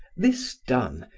this done,